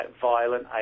violent